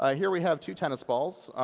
ah here we have two tennis balls,